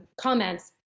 comments